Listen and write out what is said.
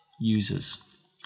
users